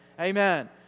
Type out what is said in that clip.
Amen